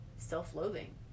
self-loathing